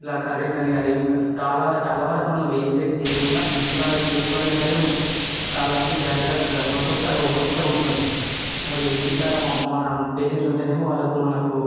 ఇలా కర్రీస్ అని కాని చాలా చాలా వరికి మనం వేస్టేజ్ చెయ్యకుండా ఇట్లా ఇప్పుడు ఇంట్లో అయినా సరే మనం చాలా మంది బ్యాచ్లర్స్ ఉంటారు మన కొత్త కొత్తగా ఉంటుంది మనవి ఇంటి కాడా మన పేరెంట్స్ ఉంటేనేమో వాళ్ళకు మనకు